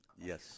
Yes